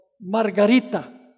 Margarita